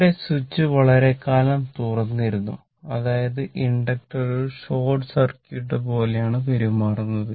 ഇവിടെ സ്വിച്ച് വളരെക്കാലം തുറന്നിരുന്നു അതായത് ഇൻഡക്ടർ ഒരു ഷോർട്ട് സർക്യൂട്ട് പോലെയാണ് പെരുമാറുന്നത്